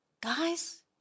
Guys